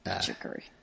chicory